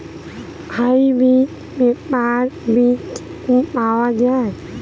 Hybrid পেঁপের বীজ কি পাওয়া যায়?